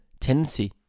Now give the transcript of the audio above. tendency